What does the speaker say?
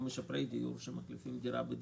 או משפרי דיור שמחליפים דירה בדירה,